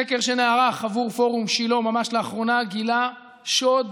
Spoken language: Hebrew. סקר שנערך עבור פורום שילה ממש לאחרונה גילה שוד,